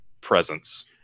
presence